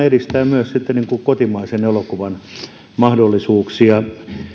edistää myös kotimaisen elokuvan mahdollisuuksia